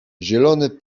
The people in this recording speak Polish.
zielony